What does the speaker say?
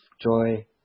joy